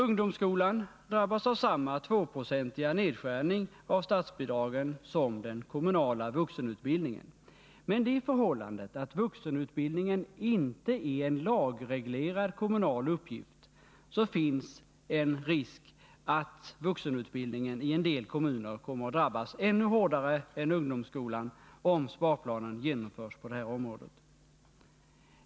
Ungdomsskolan drabbas av samma 2-procentiga nedskärning av statsbidragen som den kommunala vuxenutbildningen, men det förhållandet att denna utbildning inte är en lagreglerad kommunal uppgift gör att det finns en risk för att vuxenutbildningen i en del kommuner kommer att drabbas ännu hårdare än ungdomsskolan, om sparplanen genomförs på det här området.